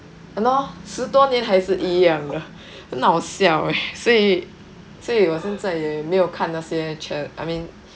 !hannor! 十多年还是一样的很好笑 eh 所以所以我现在也没有看那些 cha~ I mean